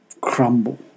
crumble